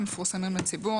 הם מפורסמים לציבור,